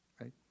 right